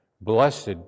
Blessed